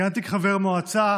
כיהנתי כחבר מועצה,